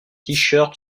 shirt